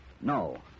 No